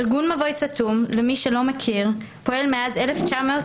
ארגון "מבוי סתום", למי שלא מכיר, פועל מאז 1995,